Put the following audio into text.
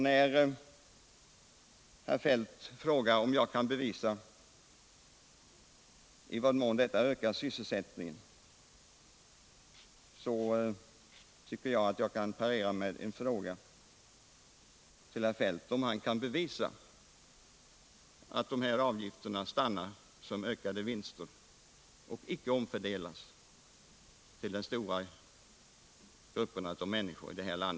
När herr Feldt frågar om jag kan belysa i vad mån avvecklingen ökar sysselsättningen, kan jag parera med en fråga till herr Feldt: Kan herr Feldt bevisa att dessa avgifter stannar såsom ökade vinster och inte omfördélas till de stora grupperna av människor i detta land?